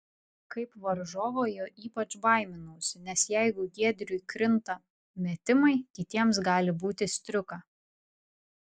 kaip varžovo jo ypač baiminausi nes jeigu giedriui krinta metimai kitiems gali būti striuka